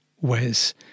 Wes